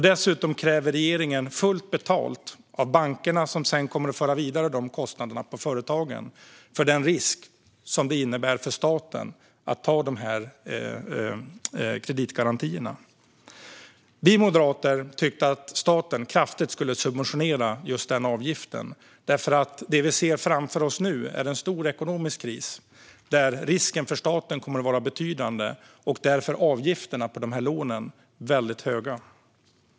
Dessutom kräver regeringen fullt betalt av bankerna, som sedan kommer att föra kostnaderna vidare till företagen för den risk som det innebär för staten att ta de här kreditgarantierna. Vi moderater tyckte att staten kraftigt skulle subventionera just den avgiften, därför att det vi ser framför oss nu är en stor ekonomisk kris där risken för staten kommer att vara betydande och avgifterna för de här lånen därför väldigt höga.